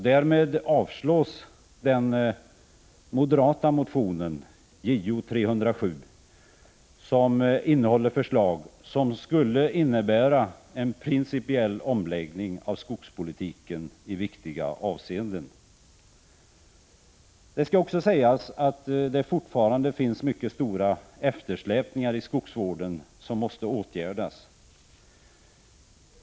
Därmed avstyrks den moderata motionen Jo307, som innehåller förslag, som i viktiga avseenden skulle innebära en principiell omläggning av skogspolitiken. Det skall också sägas att det i skogsvården fortfarande finns mycket stora eftersläpningar i skogsvården som måste åtgärdas.